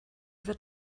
wird